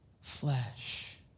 flesh